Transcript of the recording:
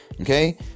Okay